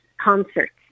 concerts